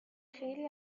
خیلی